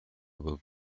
will